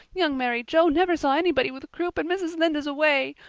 young mary joe never saw anybody with croup and mrs. lynde is away.